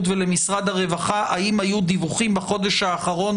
ולמשרד הרווחה האם היו דיווחים בחודש האחרון,